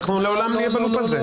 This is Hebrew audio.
לעולם נהיה ב-לופ על זה.